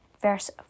verse